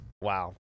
Wow